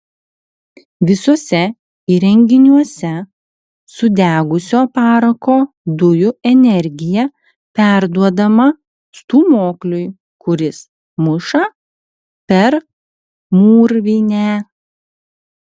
visuose įrenginiuose sudegusio parako dujų energija perduodama stūmokliui kuris muša per mūrvinę